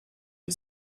you